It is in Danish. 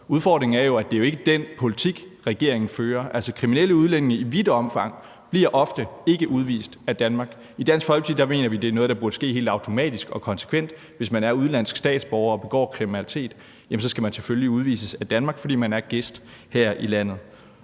Udfordringen er jo, at det ikke er den politik, regeringen fører. Kriminelle udlændinge bliver i vidt omfang ikke udvist af Danmark. I Dansk Folkeparti mener vi, at det er noget, der burde ske helt automatisk og konsekvent. Hvis man er udenlandsk statsborger og begår kriminalitet, skal man selvfølgelig udvises af Danmark, fordi man er gæst her i landet.